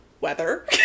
weather